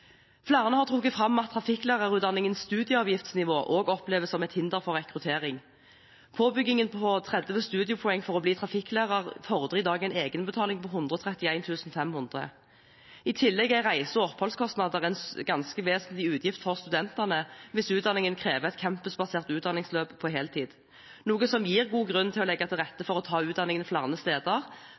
Flere har trukket fram at trafikklærerutdanningens studieavgiftsnivå også oppleves som et hinder for rekruttering. Påbyggingen på 30 studiepoeng for å bli trafikklærer fordrer i dag en egenbetaling på 131 500 kr. I tillegg er reise- og oppholdskostnader en ganske vesentlig utgift for studentene hvis utdanningen krever et campusbasert utdanningsløp på heltid, noe som gir god grunn til å legge til rette for å ta utdanningen flere steder,